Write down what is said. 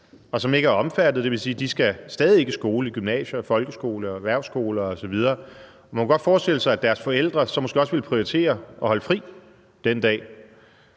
og som ikke er omfattet. Det vil sige, at de skal stadig ikke i skole, i gymnasie, i folkeskole, på erhvervsskole osv. – og man kunne godt forestille sig, at deres forældre så måske også ville prioritere at holde fri den dag.